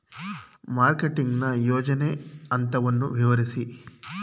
Marketing ನ ಯೋಜನಾ ಹಂತವನ್ನು ವಿವರಿಸಿ?